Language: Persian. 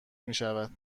میشود